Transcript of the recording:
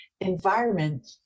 environment